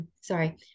Sorry